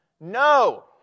No